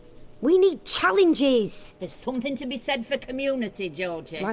we need challenges! there's something to be said for community, georgie. ah